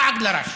לעג לרש,